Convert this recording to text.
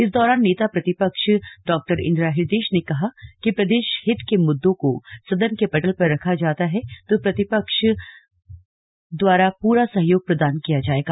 इस दौरान नेता प्रतिपक्ष डॉ इन्दिरा हृदयेश ने कहा कि प्रदेश हित के मुद्दों को सदन के पटल पर रखा जाता है तो प्रतिपक्ष द्वारा पूरा सहयोग प्रदान किया जायेगा